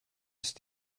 ist